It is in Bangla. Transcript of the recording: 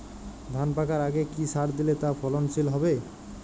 ধান পাকার আগে কি সার দিলে তা ফলনশীল হবে?